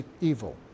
evil